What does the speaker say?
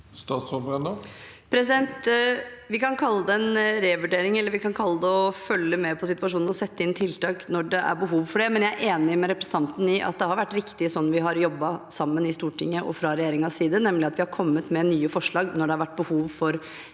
Statsråd Tonje Brenna Vi kan kalle det en revurdering, eller vi kan kalle det å følge med på situasjonen og sette inn tiltak når det er behov for det. Men jeg er enig med representanten i at det har vært riktig slik vi har jobbet sammen i Stortinget og fra regjeringens side, nemlig at vi har kommet med nye forslag når det har vært behov for